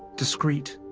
discreet,